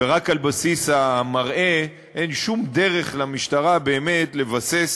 ורק על בסיס המראה אין שום דרך למשטרה באמת לבסס